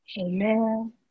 Amen